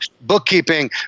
bookkeeping